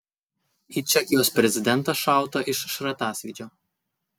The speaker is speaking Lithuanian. į čekijos prezidentą šauta iš šratasvydžio